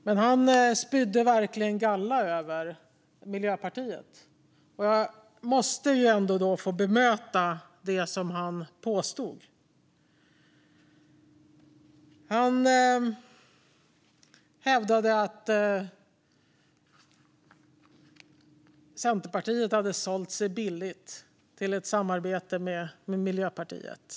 Men han spydde verkligen galla över Miljöpartiet. Jag måste få bemöta det som han påstod. Han hävdade bland annat att Centerpartiet hade sålt sig billigt till ett samarbete med Miljöpartiet.